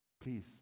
Please